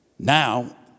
Now